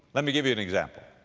let me give you an example.